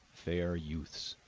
fair youths,